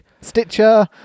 Stitcher